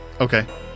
okay